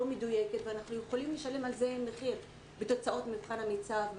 מדויקת ואנחנו יכולים לשלם על זה מחיר בתוצאות מבחן המיצ"ב,